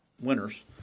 winners –